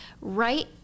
right